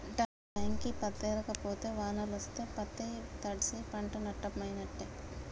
టైంకి పత్తేరక పోతే వానలొస్తే పత్తి తడ్సి పంట నట్టమైనట్టే